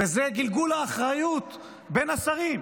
והוא גלגול אחריות בין השרים,